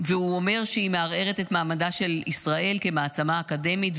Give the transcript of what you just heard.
הוא אומר שהוא מערער את מעמדה של ישראל כמעצמה אקדמית,